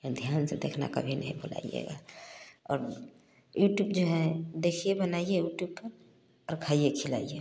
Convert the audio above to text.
और ध्यान से देखना कभी नहीं भूलेंगी और यूट्यूब जो है देखिए बनाइए यूट्यूब पर खाइए खिलाइए